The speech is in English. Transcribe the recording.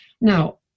Now